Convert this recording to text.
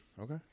Okay